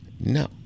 No